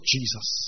Jesus